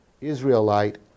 Israelite